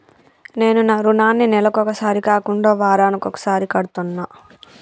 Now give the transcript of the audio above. నేను నా రుణాన్ని నెలకొకసారి కాకుండా వారానికోసారి కడ్తన్నా